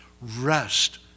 Rest